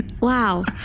Wow